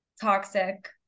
Toxic